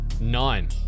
nine